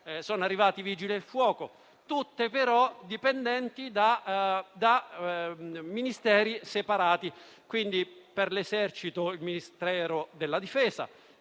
Esercito, Vigili del fuoco, tutti però dipendenti da Ministeri separati. Quindi, per l'Esercito era il Ministero della difesa,